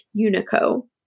Unico